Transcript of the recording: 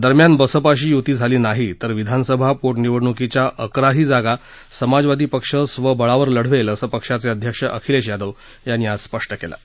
दरम्यान बसपाशी युती झाली नाही तर विधानसभा पोटनिवडणुकीच्या अकराही जागा समाजवादी पक्ष स्वबळावर लढवेल असं पक्षाचे अध्यक्ष अखिलेश यादव यांनी म्हटलं आहे